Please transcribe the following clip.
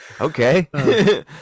okay